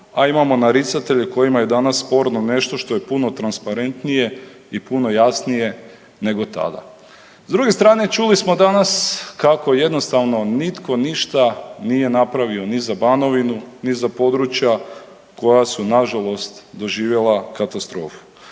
a imamo naricatelje kojima je danas sporno nešto što je puno transparentnije i puno jasnije nego tada. S druge strane čuli smo danas kako jednostavno nitko ništa nije napravio ni za Banovinu, ni za područja koja su nažalost doživjela katastrofu.